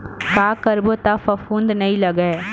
का करबो त फफूंद नहीं लगय?